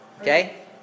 Okay